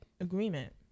agreement